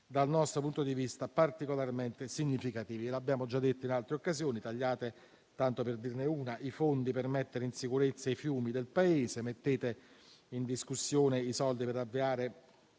dal nostro punto di vista particolarmente significativi. L'abbiamo già detto in altre occasioni: tagliate i fondi per mettere in sicurezza i fiumi del Paese, mettete in discussione i soldi per avviare